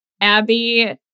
Abby